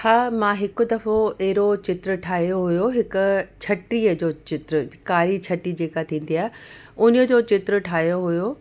हा मां हिकु दफ़ो अहिड़ो चित्र ठाहियो हुयो हिकु छटीअ जो चित्र कारी छटी जेका थींदी आहे उन जो चित्र ठाहियो हुओ